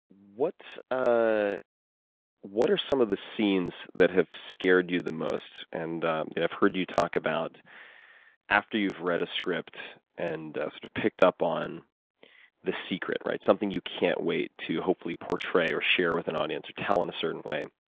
ah what are some of the scenes that have scared you the most? and i've heard you talk about after you've read a script and sort of picked up on the secret, something you can't wait to hopefully portray or share with an audience, or tell in a certain way,